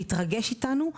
להתרגש איתנו,